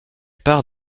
part